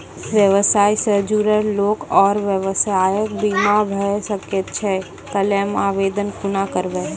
व्यवसाय सॅ जुड़ल लोक आर व्यवसायक बीमा भऽ सकैत छै? क्लेमक आवेदन कुना करवै?